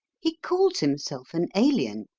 he calls himself an alien.